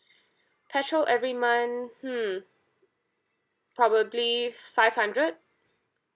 petrol every month hmm probably five hundred